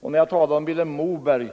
När jag talade om Vilhelm Moberg